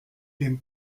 dem